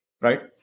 Right